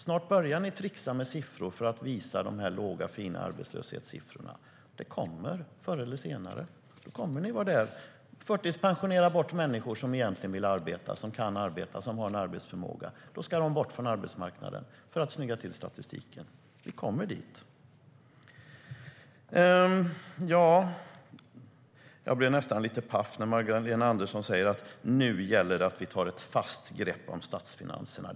Snart börjar ni tricksa med siffror för att visa de låga, fina arbetslöshetssiffrorna. Förr eller senare än ni där. Ni kommer att förtidspensionera bort människor som egentligen vill arbeta, som kan arbeta, som har en arbetsförmåga. De ska bort från arbetsmarknaden för att snygga till statistiken. Vi kommer dit. Jag blev nästan lite paff när Magdalena Andersson sa att det nu gäller att ta ett fast grepp om statsfinanserna.